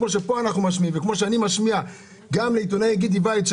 כפי שפה אנחנו משמיעים וכפי שאני משמיע גם לגבי העיתונאי גידי וייץ,